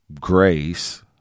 grace